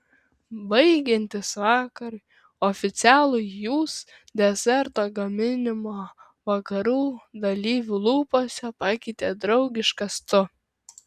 baigiantis vakarui oficialųjį jūs deserto gaminimo vakarų dalyvių lūpose pakeitė draugiškas tu